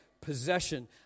possession